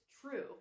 true